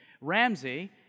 Ramsey